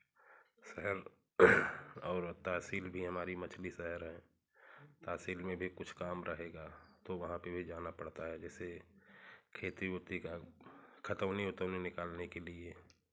शहर और तहसील हमारी मछली शहर है तहसील में भी कुछ काम रहेगा तो वहाँ पर भी जाना पड़ता है जैसे खेती वेती का खतौनी वतौनी निकालने के लिए